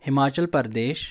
Himachal Pradesh